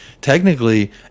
Technically